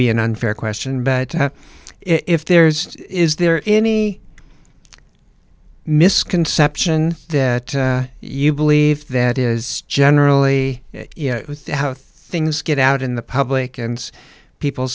be an unfair question but if there is is there any misconception that you believe that is generally how things get out in the public and people